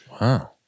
Wow